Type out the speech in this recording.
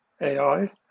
AI